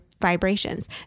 vibrations